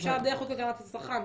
אפשר דרך חוק הגנת הצרכן.